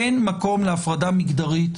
אין מקום להפרדה מגדרית,